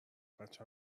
بچه